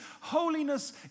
holiness